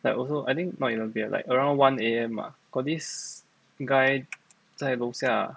like also I think not eleven P_M like around one A_M ah got this guy 在楼下